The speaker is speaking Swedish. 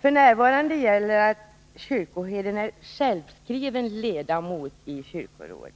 F.n. gäller att kyrkoherden är självskriven ledamot i kyrkorådet.